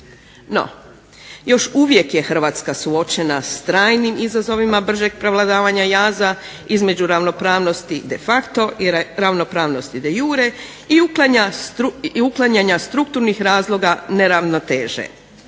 No, još uvijek je Hrvatska suočena sa trajnim izazovima bržeg prevladavanja jaza između ravnopravnosti de facto i ravnopravnosti de iure i uklanjanje strukturnih razloga neravnoteže.